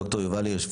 ד"ר יובל הירש,